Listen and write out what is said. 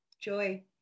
Joy